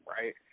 right